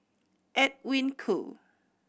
Edwin Koo